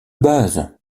base